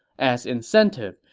as incentive,